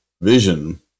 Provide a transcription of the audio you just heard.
vision